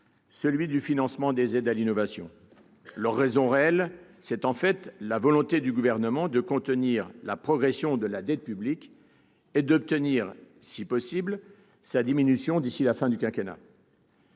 celui du financement des aides à l'innovation. La vraie raison, c'est la volonté du Gouvernement de contenir la progression de la dette publique et d'obtenir, si possible, sa diminution d'ici la fin du quinquennat.